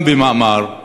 גם במאמר,